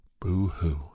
boo-hoo